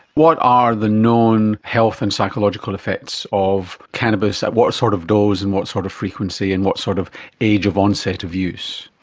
what are the known health and psychological effects of cannabis at what sort of dose and what sort of frequency and what sort of age of onset of use?